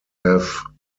have